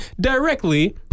directly